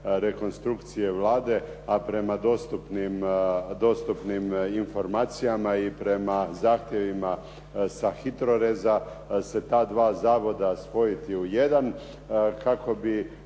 rekonstrukcije Vlade, a prema dostupnim informacijama i prema zahtjevima sa HITRO-rez se ta dva zavoda spojiti u jedan, kako bi